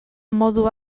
modu